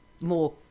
more